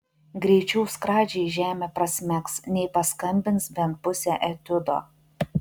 greičiau skradžiai žemę prasmegs nei paskambins bent pusę etiudo